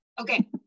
Okay